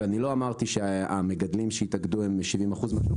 ואני לא אמרתי שהמגדלים שהתאגדו הם 70% מהשוק,